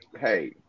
hey